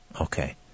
Okay